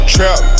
Trap